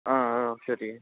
ஆ ஆ சரி